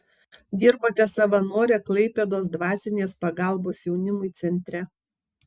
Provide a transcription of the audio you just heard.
dirbote savanore klaipėdos dvasinės pagalbos jaunimui centre